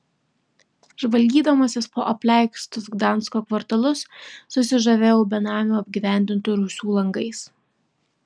žvalgydamasis po apleistus gdansko kvartalus susižavėjau benamių apgyvendintų rūsių langais